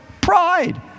Pride